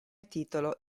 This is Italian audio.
titolo